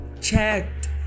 checked